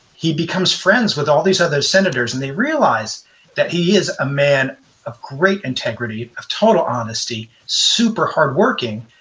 he becomes friends with all these other senators and they realize that he is a man of great integrity, of total honesty, super hardworking.